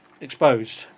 exposed